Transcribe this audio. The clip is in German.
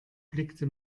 blickte